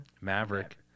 Maverick